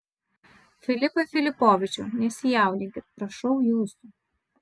filipai filipovičiau nesijaudinkit prašau jūsų